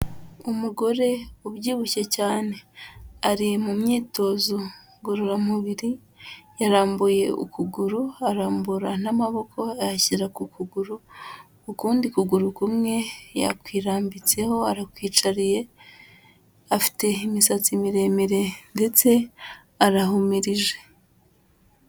Umugore ubyibushye cyane, ari mu myitozo ngororamubiri yarambuye ukuguru, arambura n'amaboko ayashyira ku kuguru, ukundi kuguru kumwe yakwirambitseho arakwicariye afite imisatsi miremire ndetse arahumirije.